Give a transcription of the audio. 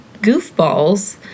goofballs